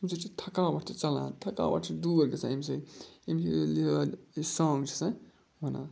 اَمہِ سۭتۍ چھِ تھکاوٹ تہِ ژَلان تھکاوَٹ چھِ دوٗر گَژھان ییٚمہِ سۭتۍ ییٚمہِ سانٛگ چھِ آسان وَنان